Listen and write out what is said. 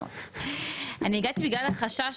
אני הגעתי בגלל החשש,